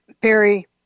Barry